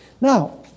Now